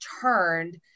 turned